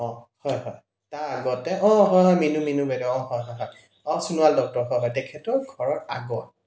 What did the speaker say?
অঁ হয় হয় তাৰ আগতে অঁ হয় মিনু মিনু বাইদেউ অঁ হয় হয় হয় অঁ চোনোৱাল ডক্টৰ হয় হয় তেখেতৰ ঘৰৰ আগত